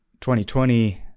2020